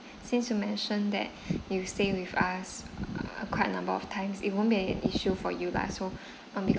since you mentioned that you stay with us uh quite a number of times it won't be an issue for you lah so um be~